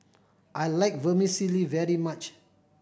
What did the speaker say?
I like Vermicelli very much